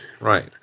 Right